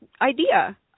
idea